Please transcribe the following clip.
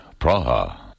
Praha